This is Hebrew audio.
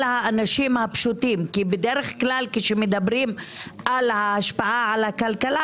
האנשים הפשוטים כי בדרך כלל כשמדברים על ההשפעה על הכלכלה,